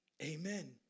Amen